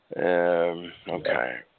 Okay